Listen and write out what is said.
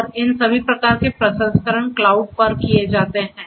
और इन सभी प्रकार के प्रसंस्करण क्लाउड पर किए जाते हैं